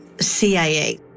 CIA